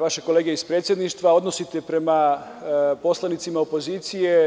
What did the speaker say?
vaše kolege iz predsedništva, odnosite prema poslanicima opozicije.